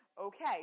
okay